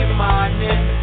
morning